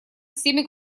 всеми